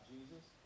Jesus